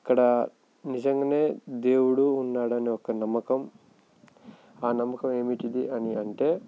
అక్కడ నిజంగానే దేవుడు ఉన్నాడు అని ఒక నమ్మకం ఆ నమ్మకం ఏమిటిది అని అంటే